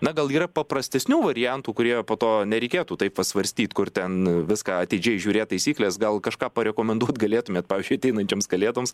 na gal yra paprastesnių variantų kurie po to nereikėtų taip va svarstyt kur ten viską atidžiai žiūrėt taisykles gal kažką parekomenduot galėtumėt pavyzdžiui ateinančioms kalėdoms